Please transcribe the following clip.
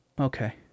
Okay